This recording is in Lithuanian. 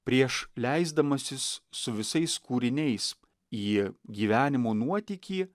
prieš leisdamasis su visais kūriniais į gyvenimo nuotykį